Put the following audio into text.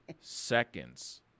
seconds